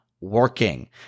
working